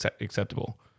acceptable